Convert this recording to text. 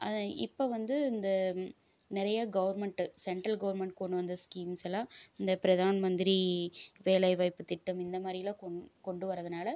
இப்போ வந்து இந்த நிறையா கவர்மெண்ட்டு சென்ட்ரல் கவர்மெண்ட் கொண்டு வந்த ஸ்கீம்ஸெல்லாம் இந்த ப்ரதான் மந்திரி வேலைவாய்ப்பு திட்டம் இந்த மாரிலாம் கொண் கொண்டு வரதுனால